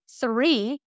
three